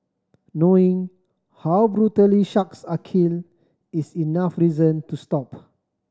knowing how brutally sharks are killed is enough reason to stop